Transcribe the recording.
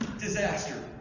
Disaster